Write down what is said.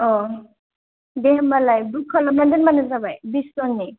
अ दे होमबालाय बुक खालामना दोनबानो जाबाय बिस जननि